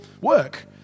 work